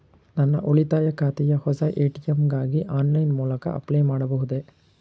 ನನ್ನ ಉಳಿತಾಯ ಖಾತೆಯ ಹೊಸ ಎ.ಟಿ.ಎಂ ಗಾಗಿ ಆನ್ಲೈನ್ ಮೂಲಕ ಅಪ್ಲೈ ಮಾಡಬಹುದೇ?